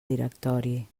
directori